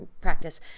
practice